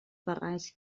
barrancs